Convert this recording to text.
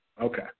okay